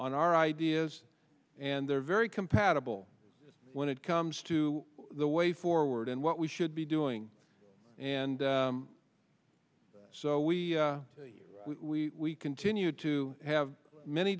on our ideas and they're very compatible when it comes to the way forward and what we should be doing and so we we continue to have many